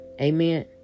Amen